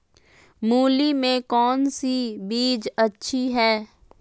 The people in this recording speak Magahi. मूली में कौन सी बीज अच्छी है?